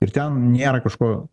ir ten nėra kažko